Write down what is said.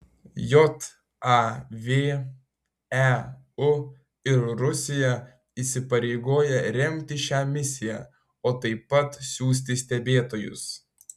jav eu ir rusija įsipareigoja remti šią misiją o taip pat siųsti stebėtojus